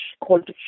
called